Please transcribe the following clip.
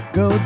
go